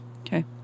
Okay